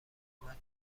اومد